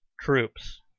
troops